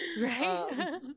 Right